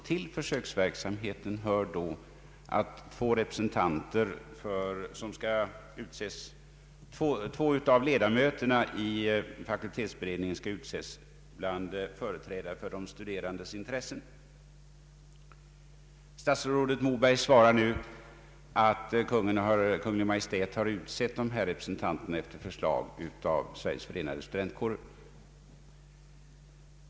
Till försöksverksamheten hör att två av ledamöterna i fakultetsberedningen skall utses bland företrädare för de studerandes intressen. Statsrådet Moberg svarar nu att Kungl. Maj:t har utsett dessa representanter efter förslag av Sveriges förenade studentkårer.